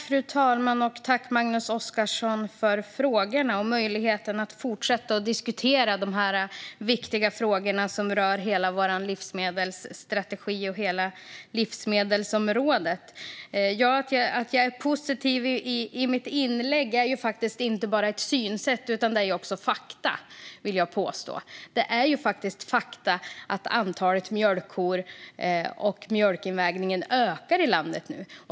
Fru talman! Tack, Magnus Oscarsson, för frågorna och för möjligheten att fortsätta diskutera de här viktiga frågorna som rör vår livsmedelsstrategi och hela livsmedelsområdet! Det positiva i mitt inlägg var faktiskt inte bara ett synsätt, utan det handlar faktiskt om fakta, vill jag påstå. Det är ju ett faktum att antalet mjölkkor och mjölkinvägningen ökar i landet nu.